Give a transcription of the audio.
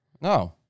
No